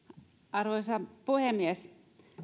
arvoisa puhemies